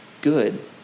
good